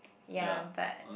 ya but